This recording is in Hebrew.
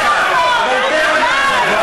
אבל תכף נענה לך.